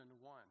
one